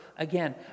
Again